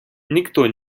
никто